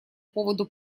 поводу